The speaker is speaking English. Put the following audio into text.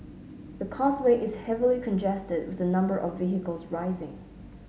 the causeway is heavily congested with the number of vehicles rising